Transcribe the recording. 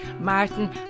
Martin